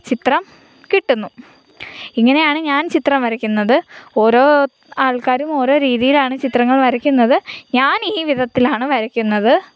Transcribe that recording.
ചിത്രം കിട്ടുന്നു ഇങ്ങനെയാണ് ഞാൻ ചിത്രം വരക്കുന്നത് ഓരോ ആൾക്കാരും ഓരോ രീതിയിലാണ് ചിത്രങ്ങൾ വരക്കുന്നത് ഞാനീ വിധത്തിലാണ് വരയ്ക്കുന്നത്